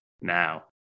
now